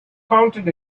counted